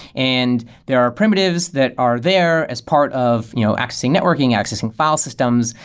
and there are primitives that are there as part of you know accessing networking, accessing file systems,